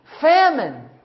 Famine